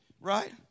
right